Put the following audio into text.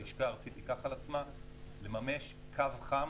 הלשכה הארצית תיקח על עצמה לממש קו חם,